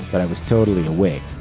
but i was totally awake.